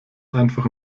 einfach